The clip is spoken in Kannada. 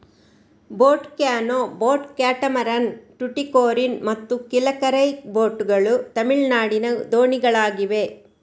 boat canoe, boat catamaran, Tuticorin ಮತ್ತು ಕಿಲಕರೈ ಬೋಟ್ ಗಳು ತಮಿಳುನಾಡಿನ ದೋಣಿಗಳಾಗಿವೆ